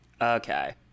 Okay